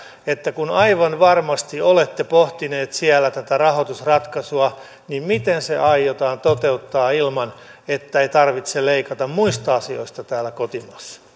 kun aivan varmasti olette pohtineet siellä tätä rahoitusratkaisua miten se aiotaan toteuttaa ilman että ei tarvitse leikata muista asioista täällä kotimaassa